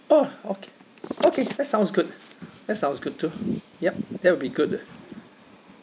oh okay okay that sounds good that sounds good too yup that will be good